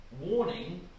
warning